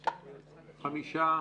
הצבעה בעד,